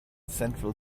central